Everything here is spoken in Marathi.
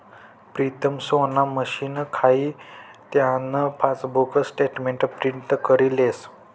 प्रीतम सोना मशीन खाई त्यान पासबुक स्टेटमेंट प्रिंट करी लेस